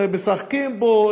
ומשחקים בו,